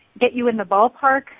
get-you-in-the-ballpark